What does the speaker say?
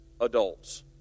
adults